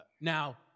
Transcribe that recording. Now